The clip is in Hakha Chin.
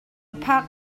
phak